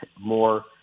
more